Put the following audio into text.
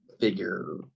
figure